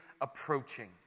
approaching